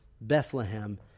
Bethlehem